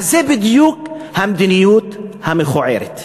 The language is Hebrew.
אז זה בדיוק המדיניות המכוערת.